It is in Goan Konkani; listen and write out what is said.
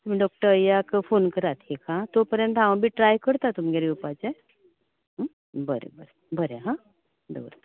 डॉक्टर अय्याक फोन करात एक आह तो पर्यंत हांव बी ट्राय करता तुमगेर येवपाचें बरें बरें बरें हां दवर